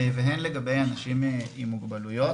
והן לגבי אנשים עם מוגבלויות,